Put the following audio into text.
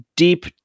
Deep